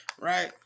Right